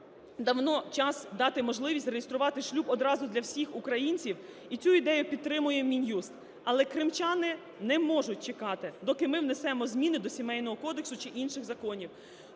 давно час дати можливість зареєструвати шлюб одразу для всіх українців, і цю ідею підтримує Мін'юст. Але кримчани не можуть чекати, доки ми внесемо зміни до Сімейного кодексу чи інших законів.